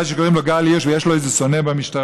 שקוראים לו גל הירש ויש לו איזה שונא במשטרה.